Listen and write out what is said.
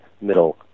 middle